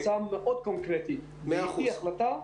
ההצעה מאוד קונקרטית ואם תהיה החלטה,